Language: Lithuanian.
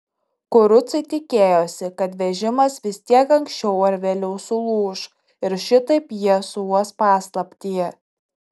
kurucai tikėjosi kad vežimas vis tiek anksčiau ar vėliau sulūš ir šitaip jie suuos paslaptį